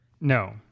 No